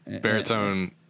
baritone